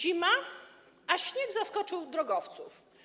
Zima, a śnieg zaskoczył drogowców.